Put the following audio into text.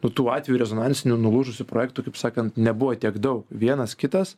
nuo tų atvejų rezonansinių nulūžusių projektų kaip sakant nebuvo tiek daug vienas kitas